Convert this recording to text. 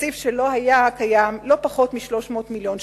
מתקציב שלא היה קיים, לא פחות מ-300 מיליון שקלים.